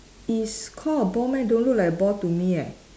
is call a ball meh don't look like a ball to me eh